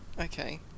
Okay